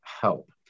help